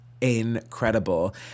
incredible